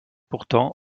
pourtant